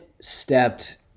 stepped